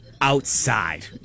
outside